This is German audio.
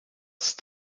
ist